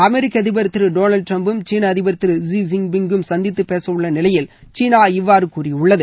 அமெரிக்க அதிபர் திரு டொனால்டு டிரம்பும் சீன அதிபர் திரு ஸீ ஜின் பிங்கும் சந்தித்துப் பேசவுள்ள நிலையில் சீனா இவ்வாறு கூறியுள்ளது